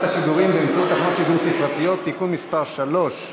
שידורים באמצעות תחנות שידור ספרתיות (תיקון מס' 3),